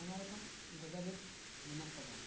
ᱟᱭᱢᱟ ᱨᱚᱠᱚᱢ ᱵᱷᱮᱫᱟ ᱵᱷᱮᱫ ᱢᱮᱱᱟᱜ ᱟᱠᱟᱫᱟ